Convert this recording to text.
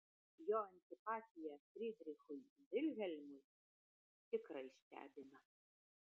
jo antipatija frydrichui vilhelmui tikrai stebina